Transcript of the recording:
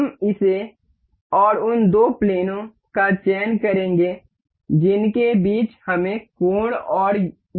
हम इसे और उन दो प्लेन का चयन करेंगे जिनके बीच हमें कोण है और यह प्लेन है